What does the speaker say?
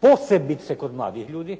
posebice kod mladih ljudi